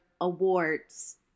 awards